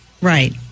Right